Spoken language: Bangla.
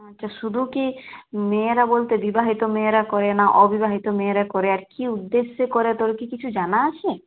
আচ্ছা শুধু কী মেয়েরা বলতে বিবাহিত মেয়েরা করে না অবিবাহিত মেয়েরা করে আর কী উদ্দেশ্যে করে তোর কি কিছু জানা আছে